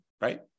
Right